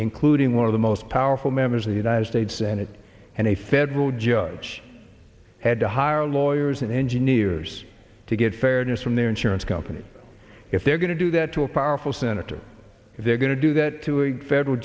including one of the most powerful members of the united states senate and a federal judge had to hire lawyers and engineers to get fairness from their insurance company if they're going to do that to a powerful senator if they're going to do that to a federal